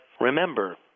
remember